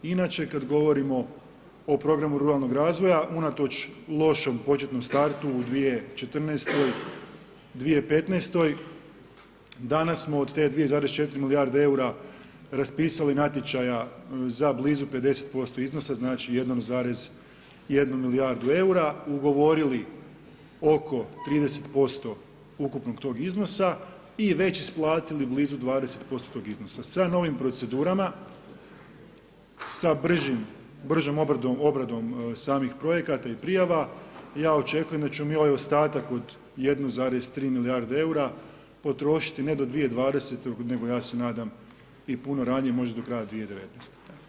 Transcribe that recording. Inače kada govorimo o programu ruralnog razvoja, unatoč lošem početnom startu u 2014./2015. danas smo od te 2,4 milijarde eura raspisali natječaja za blizu 50% iznosa, znači 1,1 milijardu eura, ugovorili oko 30% ukupnog tog iznosa i već isplatili blizu 20% tog iznosa, sa novim procedurama, sa bržim, bržom obradom samih projekata i prijava ja očekujem da ćemo mi ovaj ostatak od 1,3 milijarde eura potrošiti ne do 2020. nego ja se nadam i puno ranije možda do kraja 2019.